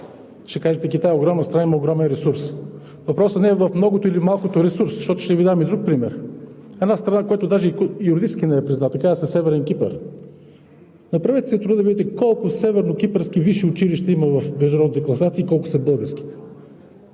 Ще кажете: Китай е огромна страна и има огромен ресурс. Въпросът не е в многото или малкото ресурс, защото ще Ви дам и друг пример с една страна, която даже и юридически не е призната – казва се Северен Кипър. Направете си труда да видите колко севернокипърски висши училища има в международните класации и колко са българските